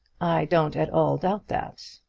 i don't at all doubt that.